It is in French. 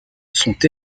sont